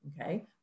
okay